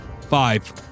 five